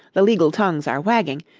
the legal tongues are wagging,